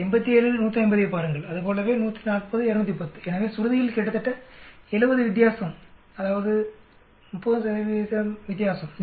இந்த 87 150ஐப் பாருங்கள் அதுபோலவே 140 210 எனவே சுருதியில் கிட்டத்தட்ட 70 வித்தியாசம் அதாவது 30 வித்தியாசம்